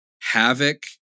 Havoc